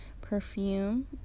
perfume